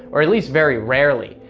or at least very rarely.